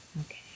Okay